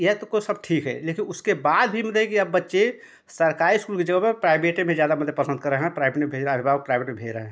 यह तो कहो सब ठीक है लेकिन उसके बाद भी मतलब कि अब बच्चे सरकारी इस्कूल की जगह प्राइबेटे में ज़्यादा मतलब पसंद कर रहे हैं अभिभावक प्राइवेट में भेज रहे हैं